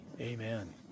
amen